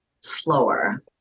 slower